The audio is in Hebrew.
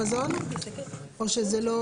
רמה או שולחן